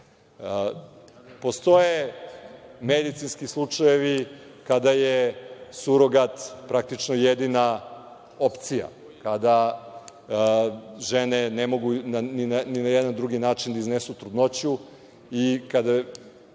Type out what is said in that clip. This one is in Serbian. Postoje medicinski slučajevi kada je surogat praktično jedina opcija, kada žene ne mogu ni na jedan drugi način da iznesu trudnoću i kada